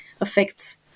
affects